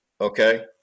okay